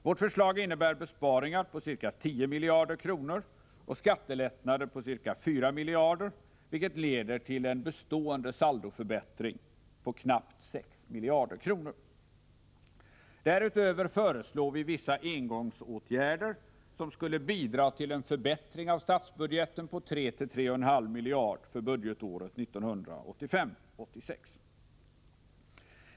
Vårt förslag innebär besparingar på ca 10 miljarder kronor och skattelättnader på ca 4 miljarder, vilket leder till en bestående saldoförbättring på knappt 6 miljarder kronor. Därutöver föreslår vi vissa engångsåtgärder, som skulle bidra till en förbättring av statsbudgeten på 3-3,5 miljarder kronor för 1985/86.